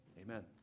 Amen